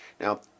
Now